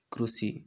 କୃଷି